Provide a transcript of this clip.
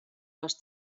les